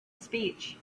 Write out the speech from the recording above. speech